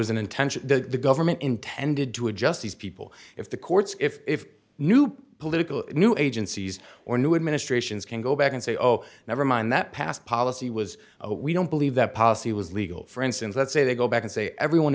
was an intention the government intended to adjust these people if the courts if new political new agencies or new administrations can go back and say oh never mind that past policy was we don't believe that policy was legal for instance let's say they go back and say everyone